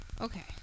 Okay